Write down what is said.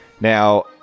Now